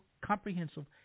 comprehensive